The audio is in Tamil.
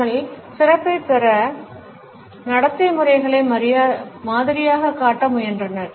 அவர்கள் சிறப்பைப் பெற நடத்தை முறைகளை மாதிரியாகக் காட்ட முயன்றனர்